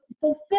fulfill